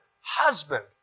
husband